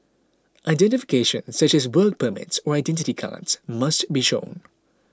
identification such as work permits or Identity Cards must be shown